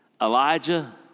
Elijah